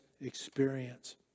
experience